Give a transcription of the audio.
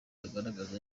agaragara